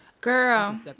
Girl